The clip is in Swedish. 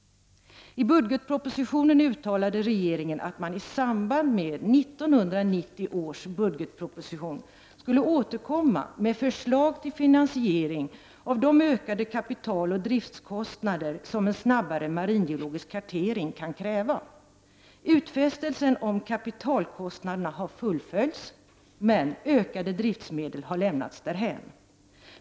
I budgetpropositionen uttalade regeringen att man i samband med 1990 års budgetproposition skulle återkomma med förslag till finansiering av de ökade kapitaloch driftskostnader som en snabbare maringeologisk kartering kan kräva. Utfästelsen om kapitalkostnaderna har fullföljts, men utfästelsen om ökade driftsmedel har lämnats därhän.